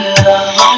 love